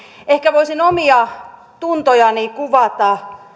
ehkä voisin omia tuntojani kuvata